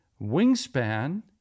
Wingspan